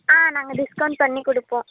ஆ நாங்கள் டிஸ்கவுண்ட் பண்ணி கொடுப்போம்